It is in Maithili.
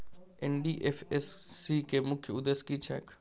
एन.डी.एफ.एस.सी केँ मुख्य उद्देश्य की छैक?